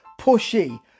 pushy